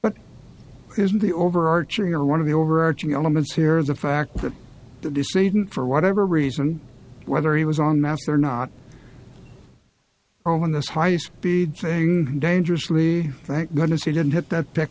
but isn't the overarching or one of the overarching elements here is the fact that the decision for whatever reason whether he was on mass or not or when this high speed thing dangerously thank goodness he didn't hit that pick